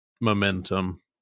momentum